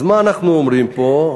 אז מה אנחנו אומרים פה?